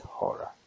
horror